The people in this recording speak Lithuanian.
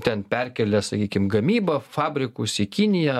ten perkelia sakykim gamybą fabrikus į kiniją